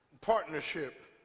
partnership